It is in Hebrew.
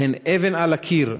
הן אבן על הקיר.